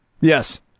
yes